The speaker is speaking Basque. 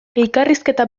elkarrizketa